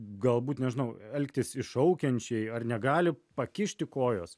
galbūt nežinau elgtis iššaukiančiai ar negali pakišti kojos